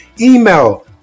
email